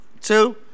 two